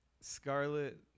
Scarlet